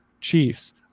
Chiefs